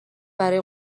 برای